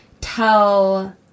tell